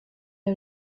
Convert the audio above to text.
der